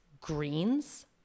greens